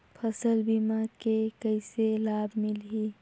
फसल बीमा के कइसे लाभ मिलही?